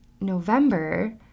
November